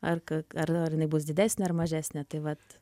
ar ka ar ar jinai bus didesnė ar mažesnė tai vat